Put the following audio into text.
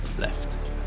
left